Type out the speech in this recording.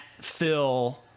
Phil